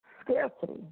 scarcity